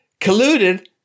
colluded